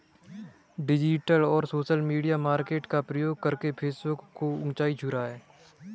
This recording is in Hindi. डिजिटल और सोशल मीडिया मार्केटिंग का प्रयोग करके फेसबुक ऊंचाई छू रहा है